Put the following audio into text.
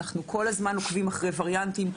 אנחנו כל הזמן עוקבים אחרי וריאנטים,